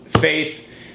faith